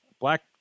black